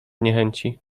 niechęci